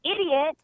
idiot